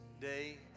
day